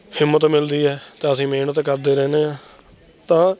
ਹਿੰਮਤ ਮਿਲਦੀ ਹੈ ਤਾਂ ਅਸੀਂ ਮਿਹਨਤ ਕਰਦੇ ਰਹਿੰਦੇ ਹਾਂ ਤਾਂ